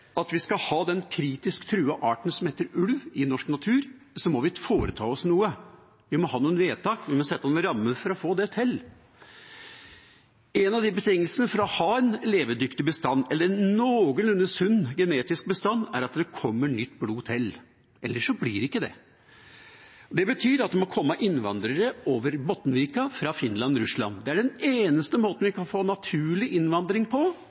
skal ha den kritisk truede arten som heter ulv, i norsk natur, må vi foreta oss noe, vi må ha noen vedtak, vi må sette noen rammer for å få det til. En av betingelsene for å ha en levedyktig bestand, eller for å ha en noenlunde sunn genetisk bestand, er at det kommer nytt blod til, ellers blir det ikke det. Det betyr at det må komme innvandrere over Bottenvika fra Finland/Russland. Den eneste måten vi kan få naturlig innvandring på,